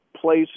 place